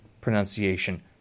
pronunciation